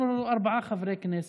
אנחנו ארבעה חברי כנסת,